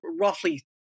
roughly